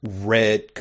red